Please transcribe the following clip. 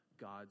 God's